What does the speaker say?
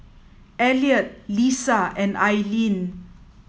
Elliott Lissa and Aileen